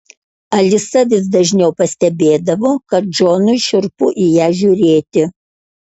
alisa vis dažniau pastebėdavo kad džonui šiurpu į ją žiūrėti